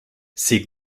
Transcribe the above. ces